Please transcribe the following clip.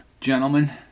Gentlemen